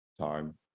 time